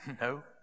No